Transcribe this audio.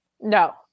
No